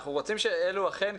אנחנו רוצים שאלה אכן,